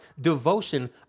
devotion